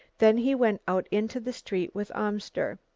then he went out into the street with amster.